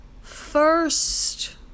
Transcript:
first